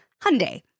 Hyundai